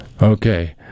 Okay